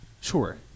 sure